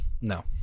No